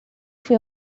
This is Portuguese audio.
foi